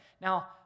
Now